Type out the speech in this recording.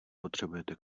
potřebujete